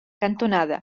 cantonada